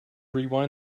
rewind